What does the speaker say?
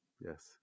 Yes